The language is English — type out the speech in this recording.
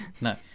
No